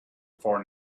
for